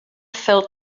fell